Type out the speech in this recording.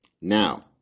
Now